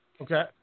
Okay